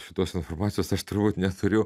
šitos informacijos aš turbūt neturiu